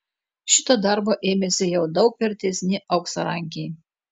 šito darbo ėmėsi jau daug vertesni auksarankiai